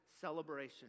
celebration